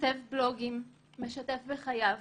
כותב בלוגים, משתף בחייו;